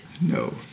No